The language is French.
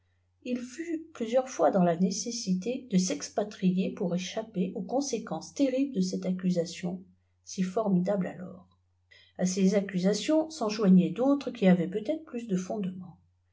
il fut plusieurs fois dans la nécessilé de s'expatrier pour échapper aui conséquences terribles de cette accusation si formidable alors a ces accusations s'en joignaient d'autres qui avaient peut-être plus de fondement